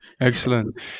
excellent